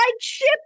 ship